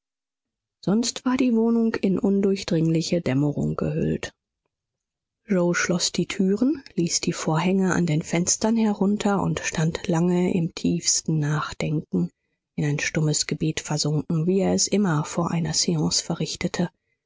sonst war die wohnung in undurchdringliche dämmerung gehüllt yoe schloß die türen ließ die vorhänge an den fenstern herunter und stand lange im tiefsten nachdenken in ein stummes gebet versunken wie er es immer vor einer seance verrichtete